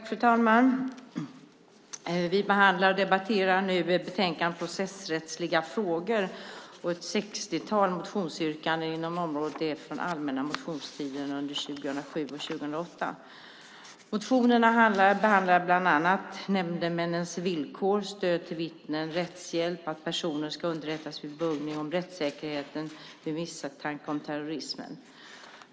Fru talman! Vi behandlar och debatterar nu betänkandet Processrättsliga frågor och ett sextiotal motionsyrkanden inom området från allmänna motionstiden 2007 och 2008. Motionerna behandlar bland annat nämndemännens villkor, stöd till vittnen, rättshjälp, att personer ska underrättas vid buggning och rättsäkerheten vid misstanke om terrorism.